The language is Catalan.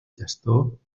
gestor